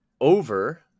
over